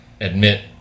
admit